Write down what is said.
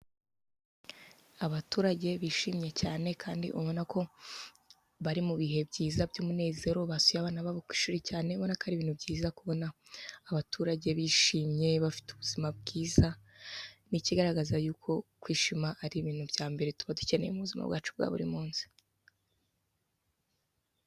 Abaturage bishimye cyane kandi ubona ko bari mu bihe byiza by'umunezero, basuye abana babo ku ishuri cyane, ubona ko ari ibintu byiza kubona abaturage bishimye bafite ubuzima bwiza, ni ikigaragaza yuko kwishima ari ibintu bya mbere tuba dukeneye mu buzima bwacu bwa buri munsi.